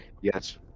Yes